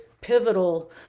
pivotal